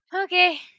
Okay